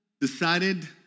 decided